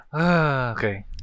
Okay